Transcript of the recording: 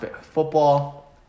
football